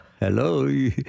Hello